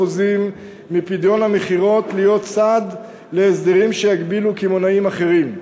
מפדיון המכירות להיות צד להסדרים שיגבילו קמעונאים אחרים.